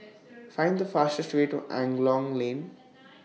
Find The fastest Way to Angklong Lane